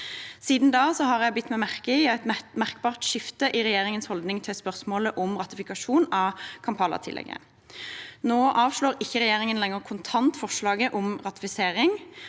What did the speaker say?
Siden da har jeg bitt meg merke i et merkbart skifte i regjeringens holdning til spørsmålet om ratifikasjon av Kampala-tillegget. Nå avslår ikke regjeringen lenger kontant forslaget om ratifisering,